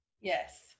Yes